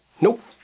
Nope